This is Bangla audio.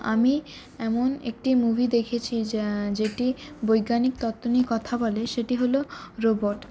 আমি এমন একটি মুভি দেখেছি যা যেটি বৈজ্ঞানিক তত্ত্ব নিয়ে কথা বলে সেটি হল রোবট